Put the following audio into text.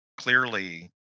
clearly